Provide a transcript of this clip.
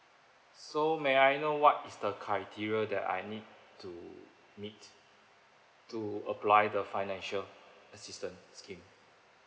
so may I know what is the criteria that I need to meet to apply the financial assistance scheme